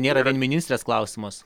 nėra vien ministrės klausimas